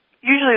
usually